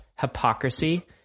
hypocrisy